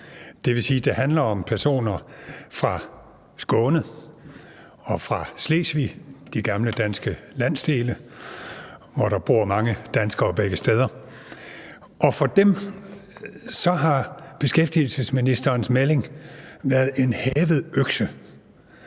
det handler om personer fra Skåne og fra Slesvig, de gamle danske landsdele, hvor der begge steder bor mange danskere. Og for dem har beskæftigelsesministerens melding været en hævet økse,